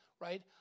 right